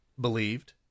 believed